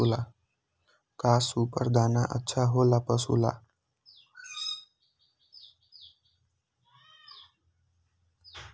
का सुपर दाना अच्छा हो ला पशु ला?